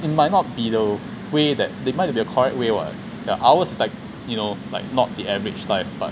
it might not be the way that they might not be the correct way ours is like you know like not the average life but